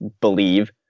believe